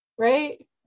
Right